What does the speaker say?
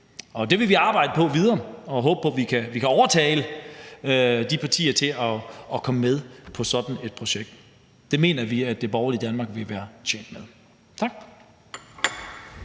Det vil vi arbejde videre på, og vi vil håbe på, at vi kan overtale de partier til at komme med i sådan et projekt. Det mener vi at det borgerlige Danmark vil være tjent med. Tak.